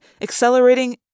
accelerating